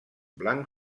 blanc